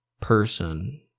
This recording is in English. person